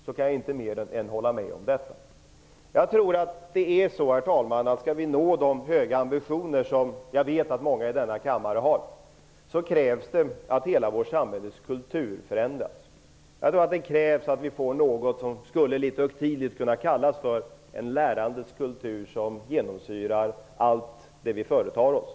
Jag kan inte mer än hålla med om det. Herr talman! Om vi skall nå de höga ambitioner som jag vet att många i denna kammare har tror jag att det krävs att hela vårt samhälles kultur förändras. Det krävs att vi får något som litet högtidligt skulle kunna kallas en lärandets kultur som genomsyrar allt vad vi företar oss.